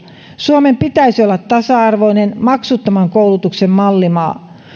suomen pitäisi olla tasa arvoinen maksuttoman koulutuksen mallimaa